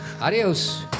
adios